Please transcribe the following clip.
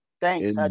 Thanks